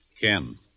Ken